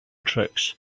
tricks